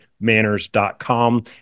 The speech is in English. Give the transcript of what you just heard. manners.com